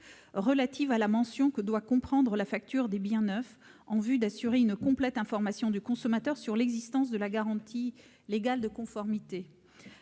relative à la mention que doit comprendre la facture des biens neufs en vue d'assurer une complète information du consommateur sur l'existence de la garantie légale de conformité.